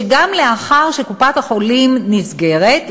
שגם לאחר שקופת-החולים נסגרת,